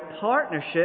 partnership